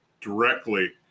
directly